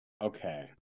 Okay